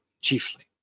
chiefly